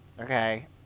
Okay